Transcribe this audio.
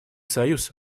союз